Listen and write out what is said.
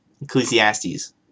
Ecclesiastes